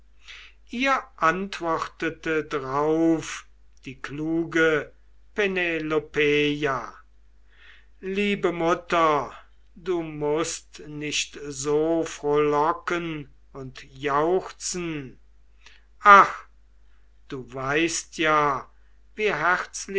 ihr antwortete drauf die kluge penelopeia liebe mutter du mußt nicht so frohlocken und jauchzen ach du weißt ja wie